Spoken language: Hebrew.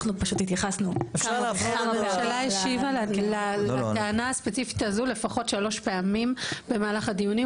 הממשלה השיבה לטענה הספציפית הזו לפחות שלוש פעמים במהלך הדיונים,